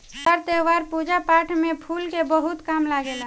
तर त्यौहार, पूजा पाठ में फूल के बहुत काम लागेला